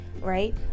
right